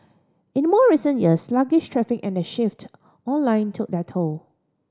in more recent years sluggish traffic and the shift online took their toll